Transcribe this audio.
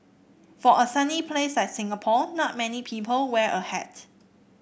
for a sunny place like Singapore not many people wear a hat